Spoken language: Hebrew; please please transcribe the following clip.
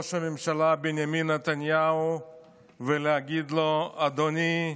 לראש הממשלה בנימין נתניהו ולהגיד לו: אדוני,